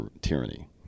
tyranny